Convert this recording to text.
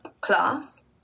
class